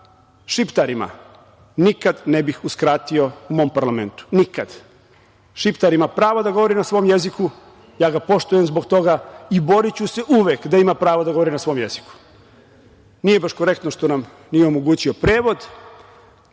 Šiptarima, nikad ne bih uskratio u mom parlamentu, nikad. Šiptar ima pravo da govori na svom jeziku, ja ga poštujem zbog toga i boriću se uvek da ima pravo da govori na svom jeziku. Nije baš korektno što nam nije omogućio prevod